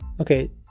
okay